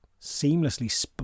seamlessly